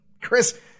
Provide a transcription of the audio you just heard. Chris